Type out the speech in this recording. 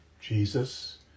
Jesus